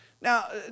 Now